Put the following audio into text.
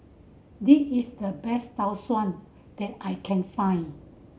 this is the best Tau Suan that I can find